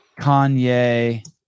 Kanye